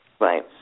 Right